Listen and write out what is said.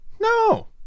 No